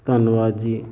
ਧੰਨਵਾਦ ਜੀ